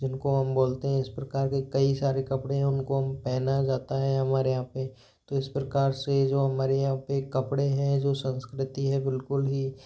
जिनको हम बोलते हैं इस प्रकार के कई सारे कपड़े हैं उनको हम पहना जाता है हमारे यहाँ पे तो इस प्रकार से जो हमारे यहाँ पे कपड़े हैं जो संस्कृति है बिल्कुल ही